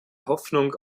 hoffnung